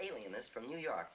alien this from new york